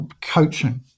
coaching